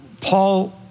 Paul